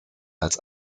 als